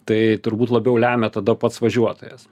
tai turbūt labiau lemia tada pats važiuotojas